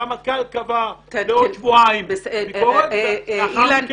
הרמטכ"ל קבע בעוד שבועיים ביקורת --- אילן,